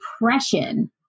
depression